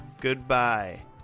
Goodbye